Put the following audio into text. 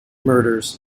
murders